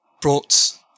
brought